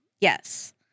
Yes